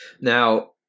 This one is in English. now